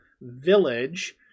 Village